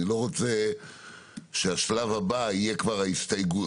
אני לא רוצה שהשלב הבא יהיה כבר ההסתייגות.